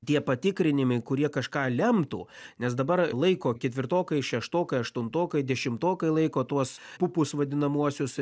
tie patikrinimai kurie kažką lemtų nes dabar laiko ketvirtokai šeštokai aštuntokai dešimtokai laiko tuos pupus vadinamuosius